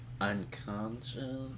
unconscious